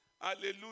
Hallelujah